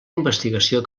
investigació